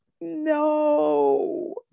No